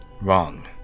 Wrong